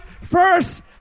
first